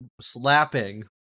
slapping